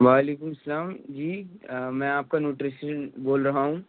وعلیکم السلام جی میں آپ کا نیوٹریشن بول رہا ہوں